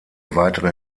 weitere